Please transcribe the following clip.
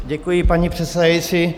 Děkuji, paní předsedající.